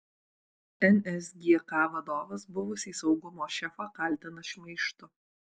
nsgk vadovas buvusį saugumo šefą kaltina šmeižtu